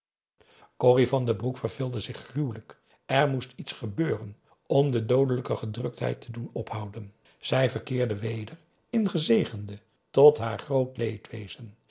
corrie van den broek verveelde zich gruwelijk er moest iets gebeuren om de doodelijke gedruktheid te doen ophouden zij verkeerde weder in gezegende tot haar